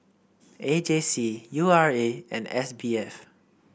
A J C U R A and S B F